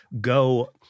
go